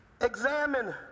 examine